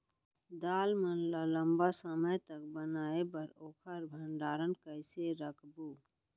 दाल मन ल लम्बा समय तक बनाये बर ओखर भण्डारण कइसे रखबो?